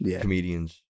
comedians